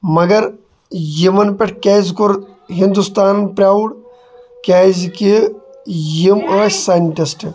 مَگر یِمن پٮ۪ٹھ کیازِ کوٚر ہِنٛدُستانن پراوُڈ کیازِ کہِ یِم ٲسۍ ساینٹِسٹ